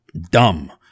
dumb